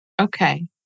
Okay